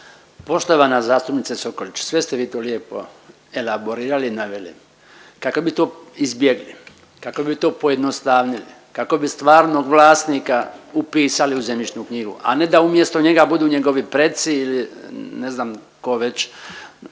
Poštovana zastupnice Sokolić, sve ste vi to lijepo elaborirali i naveli. Kako bi to izbjegli, kako bi to pojednostavnili, kako bi stvarnog vlasnika upisali u zemljišnu knjigu, a ne da umjesto njega budu njegovi preci ili ne znam ko već